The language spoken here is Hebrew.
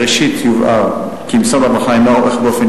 ראשית יובהר כי משרד הרווחה אינו עורך באופן